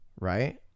Right